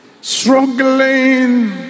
Struggling